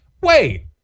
Wait